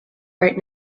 right